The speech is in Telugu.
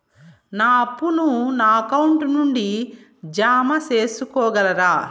నా అప్పును నా అకౌంట్ నుండి జామ సేసుకోగలరా?